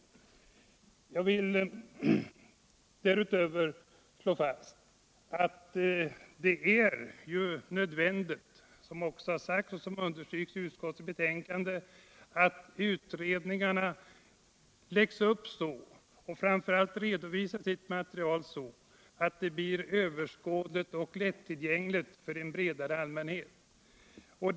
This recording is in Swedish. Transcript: Därutöver vill jag slå fast att det är nödvändigt, som också understryks i utskottets betänkande, att utredningarna lägger upp sitt arbete så och framför allt redovisar sitt material så att det blir överskådligt och lätttillgängligt för en bredare allmänhet.